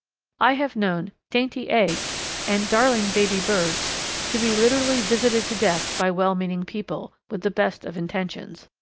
i have known dainty eggs and darling baby-birds to be literally visited to death by well-meaning people, with the best of intentions.